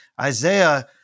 Isaiah